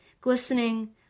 Glistening